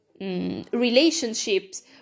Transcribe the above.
relationships